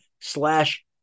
slash